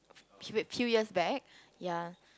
few years few years back ya